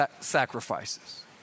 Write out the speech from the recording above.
sacrifices